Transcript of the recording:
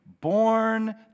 Born